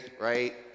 right